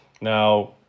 Now